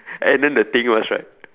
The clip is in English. and then the thing was right